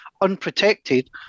unprotected